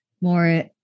more